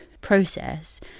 process